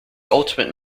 ultimate